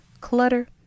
Clutter